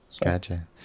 Gotcha